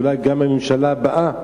ואולי גם הממשלה הבאה.